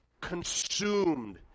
consumed